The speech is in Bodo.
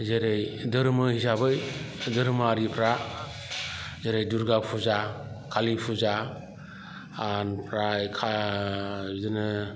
जेरै धोरोम हिसाबै धोरोमारिफ्रा जेरै दुर्गा फुजा खालि फुजा ओमफ्राय बिदिनो